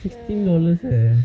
fifteen dollars eh